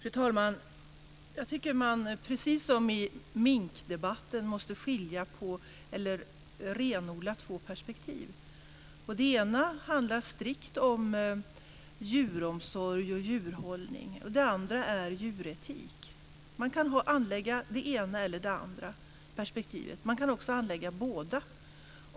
Fru talman! Precis som i minkdebatten måste man renodla två perspektiv. Det ena handlar strikt om djuromsorg och djurhållning. Det andra är djuretik. Man kan anlägga det ena eller det ena perspektivet. Man kan också anlägga båda.